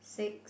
six